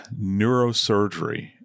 neurosurgery